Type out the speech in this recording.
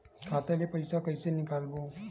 खाता ले पईसा कइसे निकालबो?